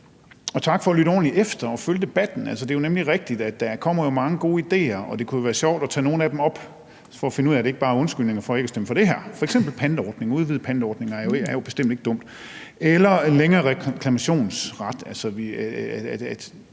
tak for at lytte ordentligt efter og følge debatten. Altså, det er jo nemlig rigtigt, at der kommer mange gode idéer. Og det kunne jo være sjovt at tage nogle af dem op for at finde ud af, at det ikke bare er undskyldninger for ikke at stemme for det her. Der er f.eks. en udvidet pantordning, som jo bestemt ikke er dum, eller en længere reklamationsret,